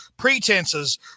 Pretenses